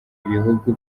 ibihugu